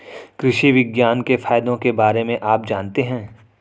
कृषि विज्ञान के फायदों के बारे में आप जानते हैं?